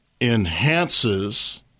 enhances